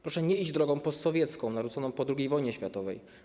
Proszę nie iść drogą postsowiecką narzuconą po II wojnie światowej.